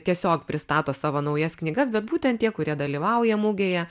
tiesiog pristato savo naujas knygas bet būtent tie kurie dalyvauja mugėje